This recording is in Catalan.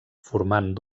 formant